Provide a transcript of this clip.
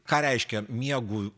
ką reiškia miegu